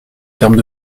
termes